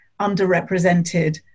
underrepresented